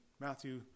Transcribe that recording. Matthew